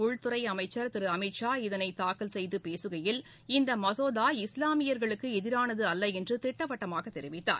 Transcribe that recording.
உள்குறை அமைச்சர் திரு அமித் ஷா இதளை தாக்கல் செய்து பேசுகையில் இந்த மசோதா இஸ்லாமியர்களுக்கு எதிரானது அல்ல என்று திட்டவட்டமாக தெரிவித்தார்